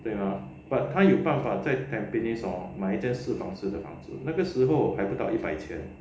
对吗 but 他有办法在 tampines hor 买一间四房室的房子那个时候还不到一百千